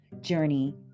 journey